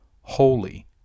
holy